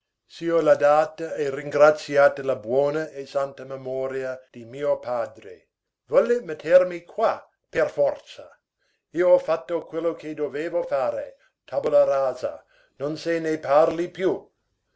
finita capitombolo sia lodata e ringraziata la buona e santa memoria di mio padre volle mettermi qua per forza io ho fatto quello che dovevo fare tabula rasa non se ne parli più